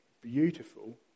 beautiful